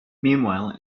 meanwhile